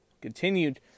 continued